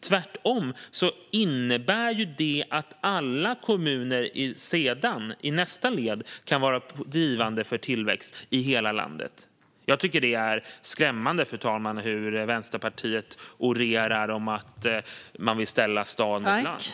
Tvärtom innebär detta att alla kommuner i nästa led kan vara drivande för tillväxt i hela landet. Det är skrämmande, fru talman, hur Vänsterpartiet orerar om att man vill ställa stad mot land.